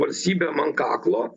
valstybėm ant kaklo